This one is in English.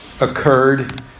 occurred